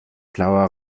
blauer